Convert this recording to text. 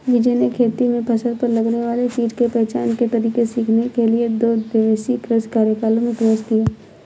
विजय ने खेती में फसल पर लगने वाले कीट के पहचान के तरीके सीखने के लिए दो दिवसीय कृषि कार्यशाला में प्रवेश लिया